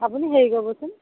আপুনি হেৰি কৰিবচোন